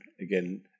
again